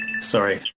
sorry